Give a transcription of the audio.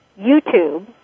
YouTube